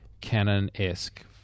Canon-esque